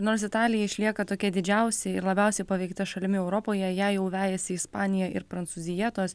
nors italija išlieka tokia didžiausia ir labiausiai paveikta šalimi europoje ją jau vejasi ispanija ir prancūzija tos